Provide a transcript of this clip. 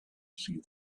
see